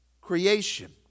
Creation